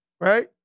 Right